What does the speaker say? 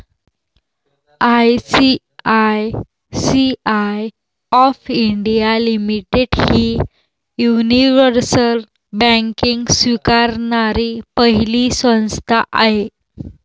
ICICI of India limited ही universal banking स्वीकारणारी पहिली संस्था आहे